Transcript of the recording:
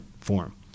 form